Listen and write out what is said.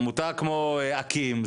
עמותה כמו אקי"ם,